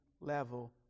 level